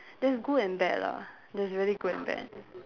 there's good and bad lah there's really good and bad